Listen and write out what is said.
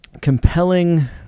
compelling